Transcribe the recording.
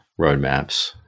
roadmaps